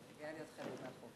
אני גאה להיות חלק מהחוק.